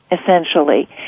essentially